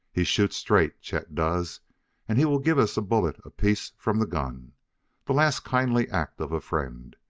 he shoots straight, chet does and he will give us a bullet apiece from the gun the last kindly act of a friend.